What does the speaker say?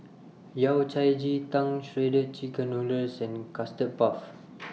Yao Cai Ji Tang Shredded Chicken Noodles and Custard Puff